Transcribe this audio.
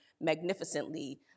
magnificently